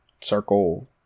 circle